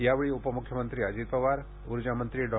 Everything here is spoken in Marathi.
यावेळी उपमुख्यमंत्री अजित पवार ऊर्जामंत्री डॉ